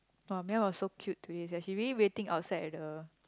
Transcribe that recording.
!wah! Meow was so cute today she really waiting outside at the